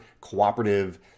cooperative